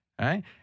right